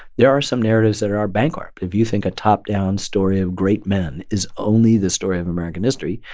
there are some narratives that are are bankrupt. if you think a top-down story of great men is only the story of american history,